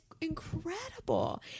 incredible